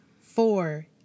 Four